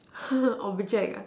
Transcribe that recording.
object ah